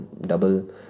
double